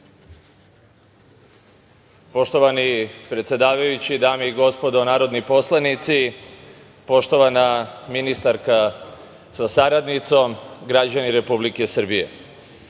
Poštovani predsedavajući, dame i gospodo narodni poslanici, poštovana ministarka sa saradnicom, građani Republike Srbije,